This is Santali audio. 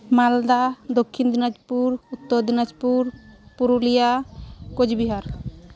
ᱢᱟᱞᱫᱟ ᱫᱚᱠᱠᱷᱤᱱ ᱫᱤᱱᱟᱡᱽᱯᱩᱨ ᱩᱛᱛᱚᱨ ᱫᱤᱱᱟᱡᱽᱯᱩᱨ ᱯᱩᱨᱩᱞᱤᱭᱟ ᱠᱳᱪᱵᱤᱦᱟᱨ